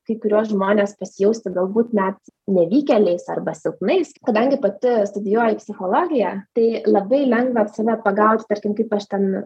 kai kuriuos žmones pasijausti galbūt net nevykėliais arba silpnais kadangi pati studijuoju psichologiją tai labai lengva save pagauti tarkim kaip aš ten